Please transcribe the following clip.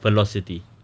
velocity